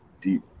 deep